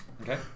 Okay